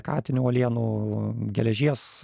katinių uolienų geležies